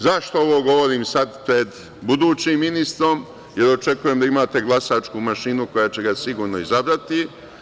Zašto ovo govorim sada pred budućim ministrom, jer očekujem da imate glasačku mašinu koja će ga sigurno izabrati?